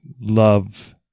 love